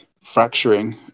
fracturing